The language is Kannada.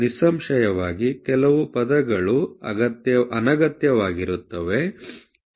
ನಿಸ್ಸಂಶಯವಾಗಿ ಕೆಲವು ಪದಗಳು ಅನಗತ್ಯವಾಗಿರುತ್ತವೆ 10